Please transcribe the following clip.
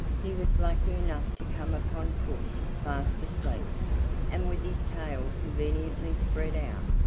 he was lucky enough to come upon puss fast asleep and with his tail conveniently spread out.